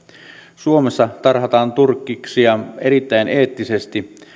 suomessa tarhataan turkiksia erittäin eettisesti